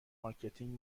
مارکتینگ